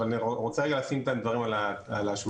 אבל אני רוצה לשים את הדברים על השולחן.